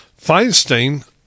Feinstein